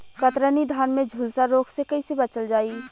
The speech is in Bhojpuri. कतरनी धान में झुलसा रोग से कइसे बचल जाई?